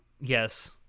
Yes